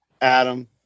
Adam